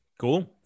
cool